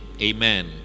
Amen